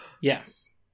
Yes